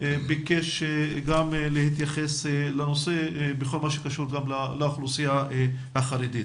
ביקש גם להתייחס לנושא בכל מה שקשור גם לאוכלוסייה החרדית,